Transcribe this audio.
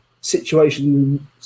situation